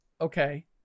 okay